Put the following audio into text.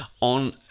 on